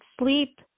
sleep